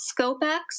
SCOPEX